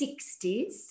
60s